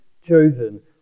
chosen